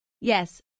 Yes